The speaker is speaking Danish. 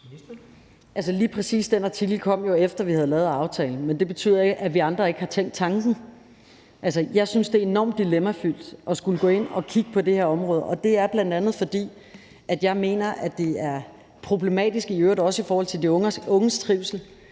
Lige præcis den artikel kom jo, efter vi havde lavet aftalen, men det betyder ikke, at vi andre ikke har tænkt tanken. Altså, jeg synes, det er enormt dilemmafyldt at skulle gå ind at kigge på det her område. Det er bl.a., fordi jeg mener, det er problematisk – i øvrigt også i forhold til de unges trivsel